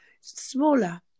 smaller